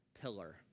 pillar